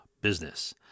business